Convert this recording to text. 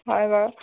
হয় বাৰু